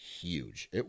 huge